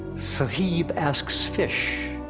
sahib asks fish,